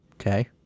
Okay